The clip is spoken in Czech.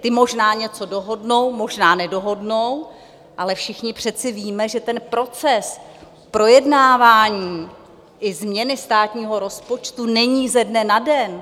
Ti možná něco dohodnou, možná nedohodnou, ale všichni přece víme, že proces projednávání i změny státního rozpočtu není ze dne na den.